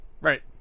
Right